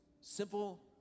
simple